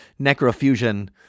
necrofusion